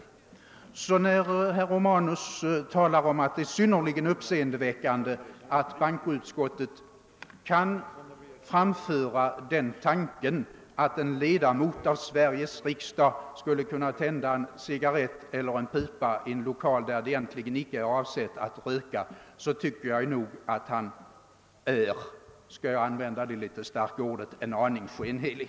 Mot denna bakgrund tycker jag att herr Romanus, när han finner det synnerligen uppseendeväckande att bankoutskottet kan framföra tanken att en ledamot av Sveriges riksdag skulle kunna tända en cigarrett eller en pipa i en lokal där det inte är avsikten att man skall röka, är — jag tillåter mig använda ett rätt starkt ord — en aning skenhelig.